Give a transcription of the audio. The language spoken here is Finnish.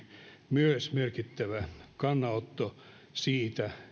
myös merkittävä kannanotto siitä